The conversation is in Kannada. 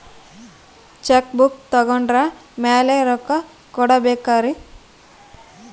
ಚೆಕ್ ಬುಕ್ ತೊಗೊಂಡ್ರ ಮ್ಯಾಲೆ ರೊಕ್ಕ ಕೊಡಬೇಕರಿ?